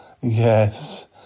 yes